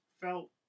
felt